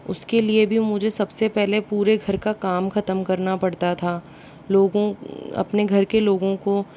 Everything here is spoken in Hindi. उसके लिए भी पहले मुझे पूरे घर का काम ख़त्म करना पड़ता था लोगों अपने घर के लोगों को